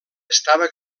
estava